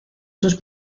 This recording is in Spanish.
sus